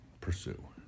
pursue